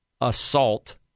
assault